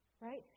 Right